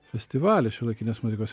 festivalį šiuolaikinės muzikos